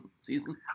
season